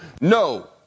No